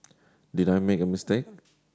did I make a mistake